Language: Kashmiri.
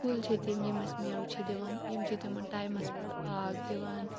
کُلۍ چھِ تِم یم اَسہِ میوٕ چھِ دِوان یِم چھِ تِمن ٹایمَس پٮ۪ٹھ آب دِوان